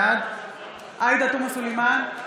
בעד עאידה תומא סלימאן,